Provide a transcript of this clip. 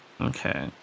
Okay